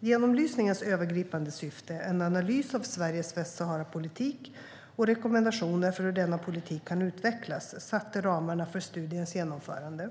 Genomlysningens övergripande syfte - en analys av Sveriges Västsaharapolitik och rekommendationer för hur denna politik kan utvecklas - satte ramarna för studiens genomförande.